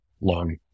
long